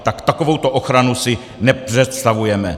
Tak takovouto ochranu si nepředstavujeme.